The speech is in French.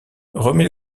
remet